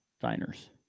Diners